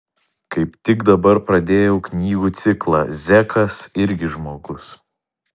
kaip tik dabar pradėjau knygų ciklą zekas irgi žmogus